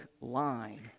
line